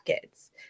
kids